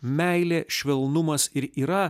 meilė švelnumas ir yra